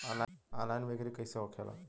Online बिक्री कैसे होखेला?